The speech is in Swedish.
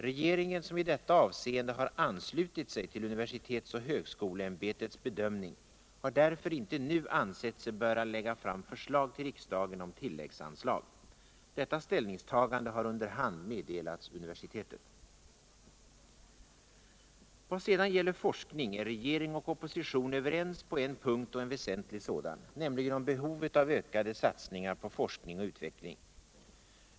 Regeringen, som i detta avseende har anslutit sig till universitets och högskoleämbetets bedömning, har därför inte nu ansett sig böra lägga fram förslag till riksdagen om tilläggsanslag. Detta ställningstagande har under hand meddelats universitetet. Vad sedan gäller forskning är regering och opposition överens på en punkt och en väsentlig sådan — nämligen om behovet av ökade satsningar på forskning och utveckling.